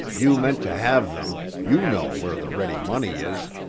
you meant to have them you know where the ready money is.